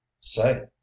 say